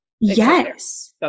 yes